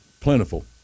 plentiful